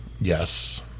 Yes